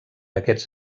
aquests